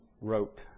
wrote